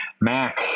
Mac